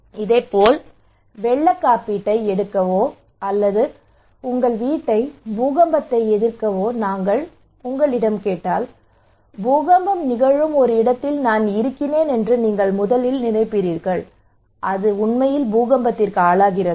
இதேபோல் வெள்ளக் காப்பீட்டை எடுக்கவோ அல்லது உங்கள் வீட்டை பூகம்பத்தை எதிர்க்கவோ நான் உங்களிடம் கேட்டால் பூகம்பம் நிகழும் ஒரு இடத்தில் நான் இருக்கிறேன் என்று நீங்கள் முதலில் நினைப்பீர்கள் அது உண்மையில் பூகம்பத்திற்கு ஆளாகிறதா